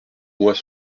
mois